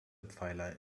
pfeiler